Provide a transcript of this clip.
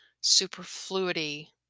superfluity